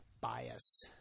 bias